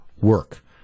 work